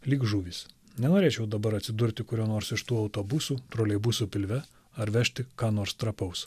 lyg žuvys nenorėčiau dabar atsidurti kurio nors iš tų autobusų troleibusų pilve ar vežti ką nors trapaus